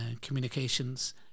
communications